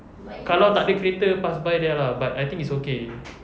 kalau tak ada kereta pass by there lah but I think it's okay